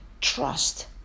trust